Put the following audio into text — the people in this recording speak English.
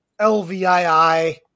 LVII